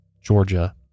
Georgia